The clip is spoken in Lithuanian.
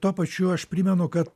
tuo pačiu aš primenu kad